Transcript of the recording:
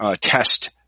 test